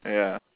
ya